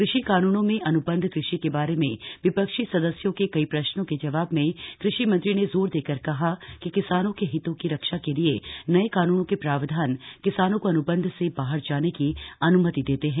कृषि कानूनों में अन्बंध कृषि के बारे में विपक्षी सदस्यों के कई प्रश्नो के जवाब में कृषिमंत्री ने जोर देकर कहा कि किसानों के हितों की रक्षा के लिए नए कानूनों के प्रावधान किसानों को अनुबंध से बाहर जाने की अनुमति देते हैं